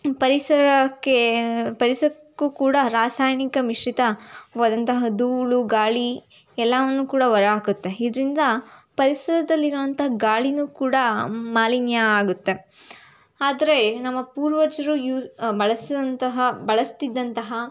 ಪರಿಸರಕ್ಕೆ ಪರಿಸರಕ್ಕೂ ಕೂಡ ರಾಸಾಯನಿಕ ಮಿಶ್ರಿತ ವಾದಂತಹ ಧೂಳು ಗಾಳಿ ಎಲ್ಲವನ್ನೂ ಕೂಡ ಹೊರಹಾಕತ್ತೆ ಇದರಿಂದ ಪರಿಸರದಲ್ಲಿರೋಂಥ ಗಾಳಿನೂ ಕೂಡ ಮಾಲಿನ್ಯ ಆಗುತ್ತೆ ಆದರೆ ನಮ್ಮ ಪೂರ್ವಜರು ಯೂಸ್ ಬಳಸಿದಂತಹ ಬಳಸ್ತಿದ್ದಂತಹ